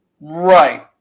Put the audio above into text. Right